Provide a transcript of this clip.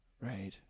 Right